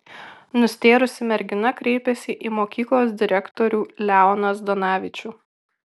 nustėrusi mergina kreipėsi į mokyklos direktorių leoną zdanavičių